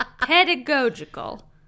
pedagogical